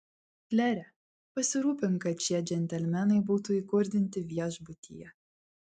klere pasirūpink kad šie džentelmenai būtų įkurdinti viešbutyje